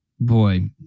Boy